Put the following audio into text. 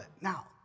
Now